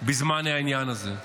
בזמן העניין הזה.